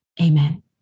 Amen